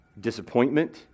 disappointment